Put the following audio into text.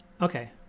Okay